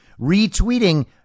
retweeting